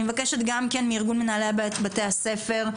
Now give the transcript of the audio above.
אני מבקשת מארגון מנהלי בתי הספר,